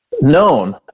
known